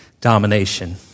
domination